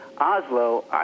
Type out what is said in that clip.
Oslo